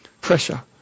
pressure